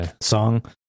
song